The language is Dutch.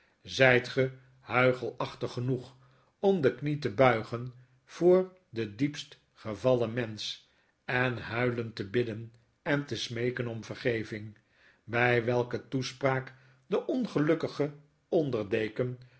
gekend zytge huichelachtig genoeg om de knie te buigen voor den diepst gevallen mensch en huilend te bidden en te smeeken om vergeving by welke toespraak de ongelukkige onder deken een